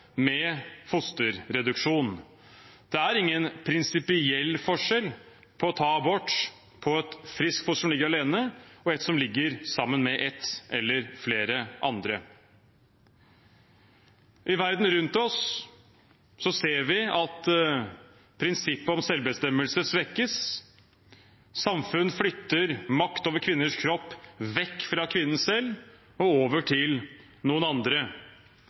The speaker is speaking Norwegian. med fosterreduksjon. Det er ingen prinsipiell forskjell på å ta abort på et friskt foster som ligger alene, og et som ligger sammen med ett eller flere andre. I verden rundt oss ser vi at prinsippet om selvbestemmelse svekkes. Samfunn flytter makt over kvinners kropp vekk fra kvinnen selv og over til noen andre.